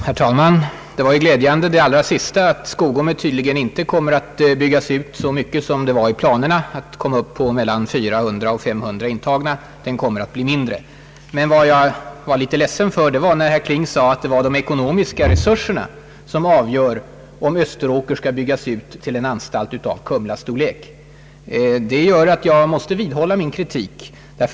Herr talman! Det var ju glädjande med den allra sista uppgiften, att Skogome tydligen inte kommer att byggas ut så mycket som avsetts i planerna — mellan 400 och 500 intagna — utan att den kommer att bli mindre. Däremot blev jag ledsen över att herr Kling sade, att det var »de ekonomiska resurserna» som avgör om Österåker skall byggas ut till en anstalt av Kumlastorlek. Det gör att jag måste vidhålla min kritik.